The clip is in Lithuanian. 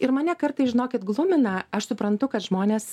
ir mane kartais žinokit glumina aš suprantu kad žmonės